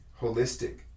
holistic